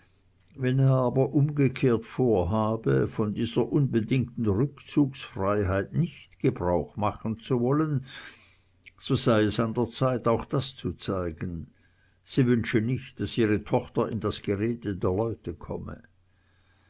wenn er aber umgekehrt vorhabe von dieser unbedingten rückzugsfreiheit nicht gebrauch machen zu wollen so sei es an der zeit auch das zu zeigen sie wünsche nicht daß ihre tochter in das gerede der leute komme